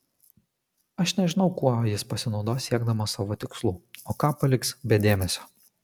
aš nežinau kuo jis pasinaudos siekdamas savo tikslų o ką paliks be dėmesio